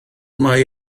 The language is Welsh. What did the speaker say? mai